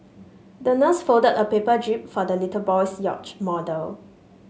the nurse folded a paper jib for the little boy's yacht model